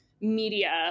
media